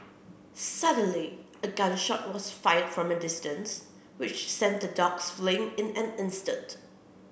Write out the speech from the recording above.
suddenly a gun shot was fired from a distance which sent the dogs fleeing in an instant